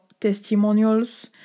testimonials